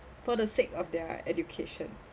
for the sake of their education